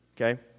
Okay